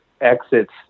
exits